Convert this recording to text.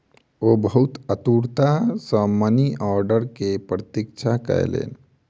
ओ बहुत आतुरता सॅ मनी आर्डर के प्रतीक्षा कयलैन